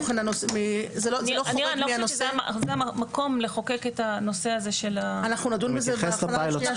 זה המקום לחוקק את הנושא הזה --- אנחנו נדון בזה לקראת שנייה,